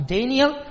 Daniel